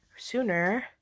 sooner